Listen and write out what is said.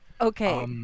Okay